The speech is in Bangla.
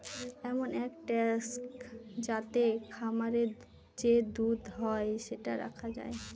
এমন এক ট্যাঙ্ক যাতে খামারে যে দুধ হয় সেটা রাখা যায়